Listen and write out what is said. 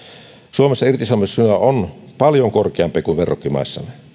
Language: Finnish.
suomessa yksilöllinen irtisanomissuoja on paljon korkeampi kuin verrokkimaissamme